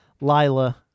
Lila